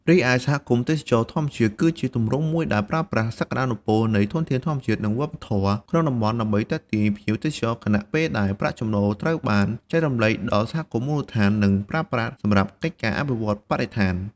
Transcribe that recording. រីឯសហគមន៍ទេសចរណ៍ធម្មជាតិ គឺជាទម្រង់មួយដែលប្រើប្រាស់សក្ដានុពលនៃ ធនធានធម្មជាតិ និង វប្បធម៌ ក្នុងតំបន់ដើម្បីទាក់ទាញភ្ញៀវទេសចរ ខណៈពេលដែលប្រាក់ចំណូលត្រូវបានចែករំលែកដល់សហគមន៍មូលដ្ឋាន និងប្រើប្រាស់សម្រាប់កិច្ចការអភិរក្សបរិស្ថាន។